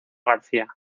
garcía